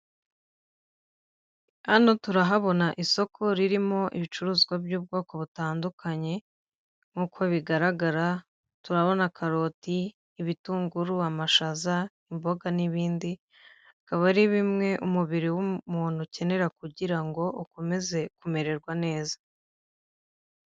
Hano turahabona isoko ririmo ibicuruzwa by'ubwoko butandukanye nk'uko bigaragara, turabona karoti, ibitunguru, amashaza, imboga n'ibindi, bikaba ari bimwe umubiri w'umuntu ukenera kugira ngo ukomeze kumererwa neza.